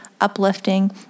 uplifting